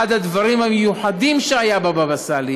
אחד הדברים המיוחדים שהיו בבאבא סאלי